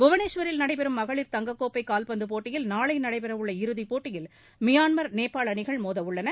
புவனேஷ்வரில் நடைபெறும் மகளிர் தங்கக் கோப்பை கால்பந்துப் போட்டியில் நாளை நடைபெறவுள்ள இறுதிப் போட்டியில் மியான்மர் நேபாள் அணிகள் மோதவுள்ளன